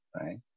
right